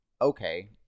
Okay